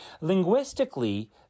Linguistically